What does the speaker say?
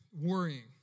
worrying